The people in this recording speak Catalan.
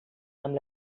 amb